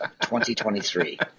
2023